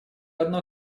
одно